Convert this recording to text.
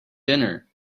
dinner